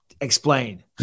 explain